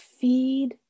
Feed